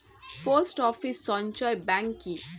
Post office সঞ্চয় bank কি?